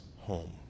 home